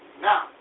Now